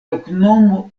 loknomo